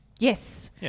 Yes